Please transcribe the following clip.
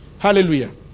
Hallelujah